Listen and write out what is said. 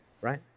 right